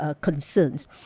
concerns